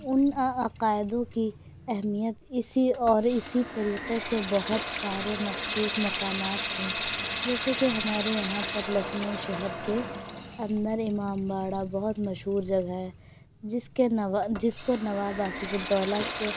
ان عقائدوں کی اہمیت اسی اور اسی طریقے سے بہت سارے مخصوص مقامات تھے جیسے کہ ہمارے یہاں پر لکھنؤ شہر کے اندر امام باڑہ بہت مشہور جگہ ہے جس کے نوا جس کو نواب آصف الدولہ کے